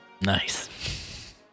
Nice